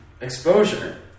exposure